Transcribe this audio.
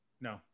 No